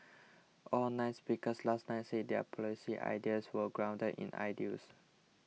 all nine speakers last night said their policy ideas were grounded in ideals